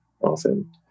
often